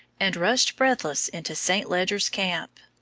and rushed breathless into st. leger's camp.